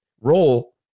role